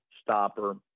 stopper